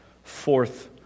fourth